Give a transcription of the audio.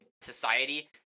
society